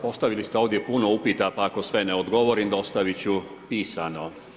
Postavili ste ovdje puno upita pa ako sve ne odgovorim dostaviti ću pisano.